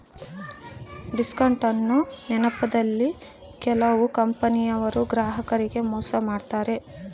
discount ಅನ್ನೊ ನೆಪದಲ್ಲಿ ಕೆಲವು ಕಂಪನಿಯವರು ಗ್ರಾಹಕರಿಗೆ ಮೋಸ ಮಾಡತಾರೆ